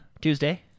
Tuesday